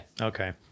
Okay